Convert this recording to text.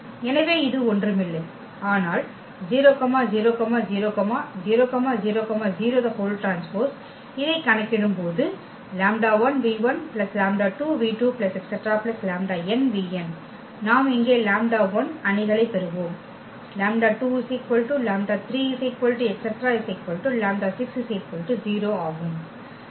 எனவே இது ஒன்றுமில்லை ஆனால் 000000T இதைக் கணக்கிடும்போது நாம் இங்கே அணிகளை பெறுவோம்ஆகும்